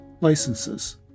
licenses